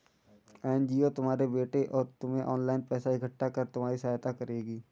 NGO तुम्हारे बेटे और तुम्हें ऑनलाइन पैसा इकट्ठा कर तुम्हारी सहायता करेगी